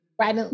Right